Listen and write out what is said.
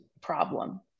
problem